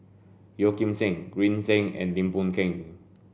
Yeo Kim Seng Green Zeng and Lim Boon Keng